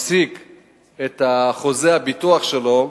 מפסיק את חוזה הביטוח שלו,